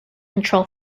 control